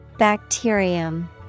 Bacterium